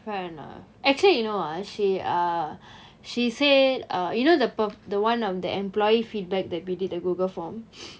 fair enough actually you know ah she uh she said uh you know the p~ the one of the employee feedback that we did a google form